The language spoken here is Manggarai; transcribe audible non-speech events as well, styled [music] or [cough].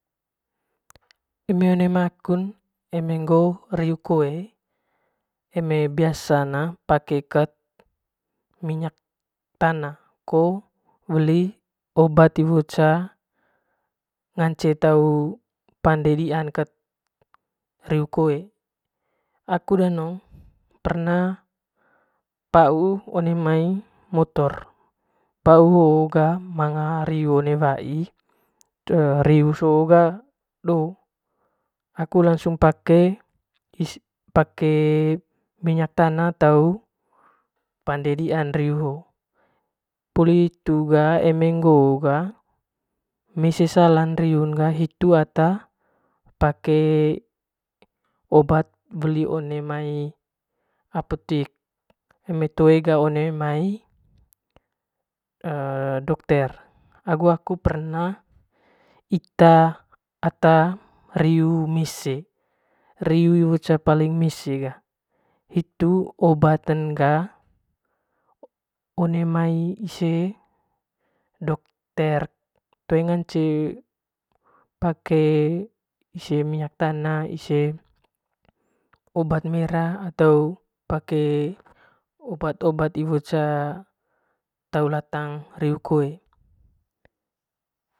Eme one mai akun eme ngoo reu koe eme biasan a pake kat minyak tana ko weli obat iwo ca ngance tau pande diian kayt reu koe aku danongn perna pauu one mai motor pauu hoo ga manga reu one wai [unintelligible] reu soo ga doo aku langsung pake [unintelligible] pake minyak tana te pande dian reu hoo puli hitu ga eme ngoo ga mese salan reun ga hitu ata pake obat weli one mai apotik ome toe ga one mai dokter agu aku ga perna ita ata reiu mese eiu mese reiu iwo ca hitu obatn ga one mai ise paling mese ga one mai dokter toe ngance ise minyak tana ise obat mera atau obat obat te latang reu koe.